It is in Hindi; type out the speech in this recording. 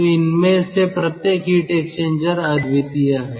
तो इनमें से प्रत्येक हीट एक्सचेंजर्स अद्वितीय हैं